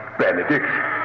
benediction